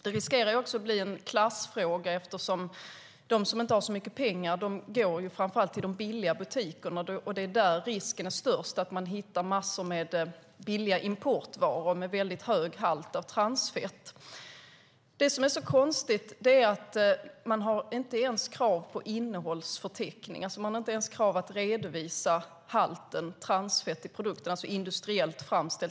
Detta riskerar också att bli en klassfråga eftersom de som inte har så mycket pengar går till framför allt butiker med billiga varor, och där är risken störst att man hittar massor med billiga importvaror med mycket hög halt av transfett. Det som är så konstigt är att det inte ens finns krav på en innehållsförteckning där halten industriellt transfett i produkten framgår.